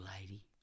lady